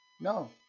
No